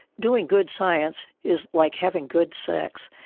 doing good science is like having good sex,